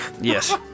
Yes